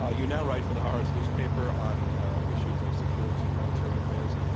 ah you now write for the haaretz newspaper on issues of security and military affairs.